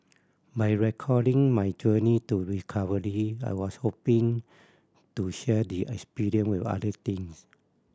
by recording my journey to recovery I was hoping to share the experience with other teens